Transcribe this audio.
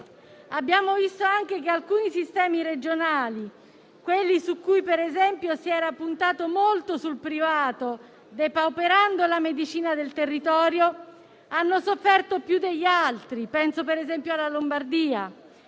Abbiamo visto anche che alcuni sistemi regionali, quelli in cui - ad esempio - si era puntato molto sul privato, depauperando la medicina del territorio, hanno sofferto più degli altri; penso, per esempio, alla Lombardia.